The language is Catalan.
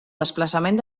desplaçament